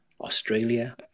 Australia